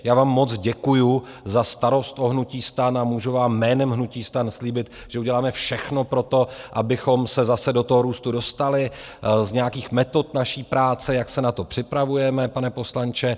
Já vám moc děkuju za starost o hnutí STAN a můžu vám jménem hnutí STAN slíbit, že uděláme všechno pro to, abychom se zase do toho růstu dostali, z nějakých metod naší práce, jak se na to připravujeme, pane poslanče.